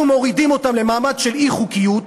אנחנו מורידים אותם למעמד של אי-חוקיות,